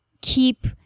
keep